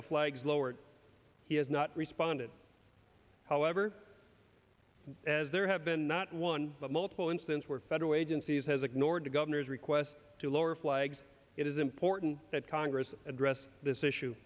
the flags lowered he has not responded however as there have been not one but multiple instance where federal agencies has ignored the governor's west to lower flags it is important that congress address this issue